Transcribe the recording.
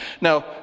Now